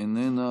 איננה,